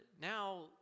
Now